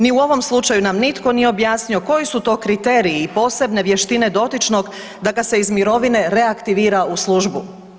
Ni u ovom slučaju nam nitko nije objasnio koji su to kriteriji i posebne vještine dotičnog da ga se iz mirovine reaktivira u službu.